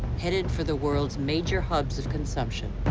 headed for the world's major hubs of consumption,